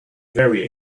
very